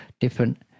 different